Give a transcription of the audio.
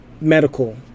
medical